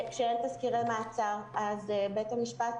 כשאין תסקירי מעצר אז בית המשפט,